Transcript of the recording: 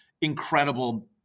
incredible